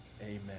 Amen